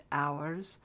hours